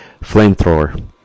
flamethrower